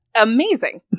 amazing